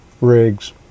rigs